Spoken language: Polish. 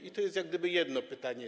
I to jest jak gdyby jedno pytanie.